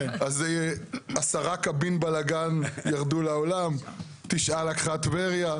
אז 10 קבים בלאגן ירדו לעולם, תשעה לקחה טבריה.